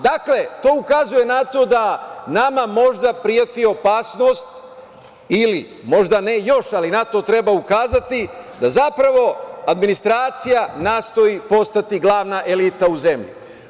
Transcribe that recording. Dakle, to ukazuje na to da nama možda preti opasnost ili možda ne još, ali na to treba ukazati, da zapravo administracija nastoji postati glavna elita u zemlji.